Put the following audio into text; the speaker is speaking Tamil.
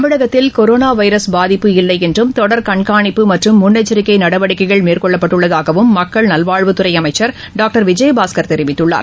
தமிழத்தில் கொரோனா வைரஸ் பாதிப்பு இல்லை என்றும் தொடர் கண்காணிப்பு மற்றும் முள்ளெச்சரிக்கை நடவடிக்கைகள் மேற்கொள்ளப்பட்டுள்ளதாகவும் மக்கள் நல்வாழ்வுத் துறை அமைச்சர் டாக்டர் விஜயபாஸ்கர் தெரிவித்துள்ளார்